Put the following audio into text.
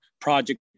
Project